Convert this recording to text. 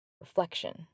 reflection